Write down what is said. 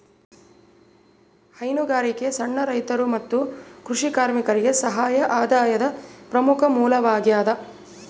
ಹೈನುಗಾರಿಕೆ ಸಣ್ಣ ರೈತರು ಮತ್ತು ಕೃಷಿ ಕಾರ್ಮಿಕರಿಗೆ ಸಹಾಯಕ ಆದಾಯದ ಪ್ರಮುಖ ಮೂಲವಾಗ್ಯದ